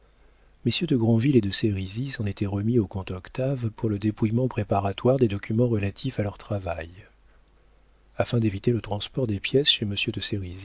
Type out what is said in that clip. de grandville et de sérizy s'en étaient remis au comte octave pour le dépouillement préparatoire des documents relatifs à leur travail afin d'éviter le transport des pièces chez